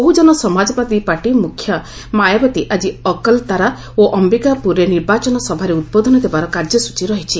Bahujan Samajwadi party ମୁଖ୍ୟା ମାୟାବତୀ ଆକି ଅକଲ୍ତାରା ଓ ଅୟିକାପୁରରେ ନିର୍ବାଚନ ସଭାରେ ଉଦ୍ବୋଧନ ଦେବାର କାର୍ଯ୍ୟସ୍ଚୀ ରହିଛି